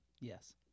yes